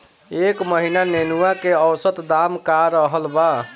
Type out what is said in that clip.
एह महीना नेनुआ के औसत दाम का रहल बा?